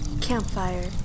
Campfire